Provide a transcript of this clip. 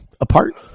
apart